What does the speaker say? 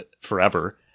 forever